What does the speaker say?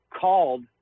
called